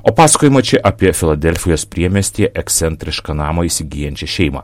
o pasakojama čia apie filadelfijos priemiestyje ekscentrišką namą įsigyjančią šeimą